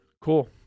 cool